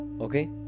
Okay